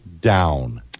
down